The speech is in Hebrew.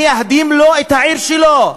מייהדים את העיר שלו.